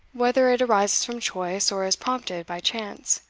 whether it arises from choice, or is prompted by chance.